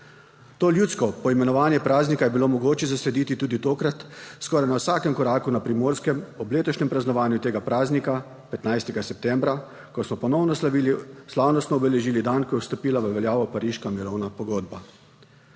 To ljudsko poimenovanje praznika je bilo mogoče zaslediti tudi tokrat, skoraj na vsakem koraku na Primorskem ob letošnjem praznovanju tega praznika 15. septembra, ko so ponovno slavnostno obeležili dan, ko je vstopila v veljavo Pariška mirovna pogodba.